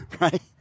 Right